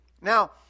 Now